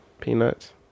peanuts